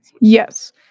Yes